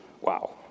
wow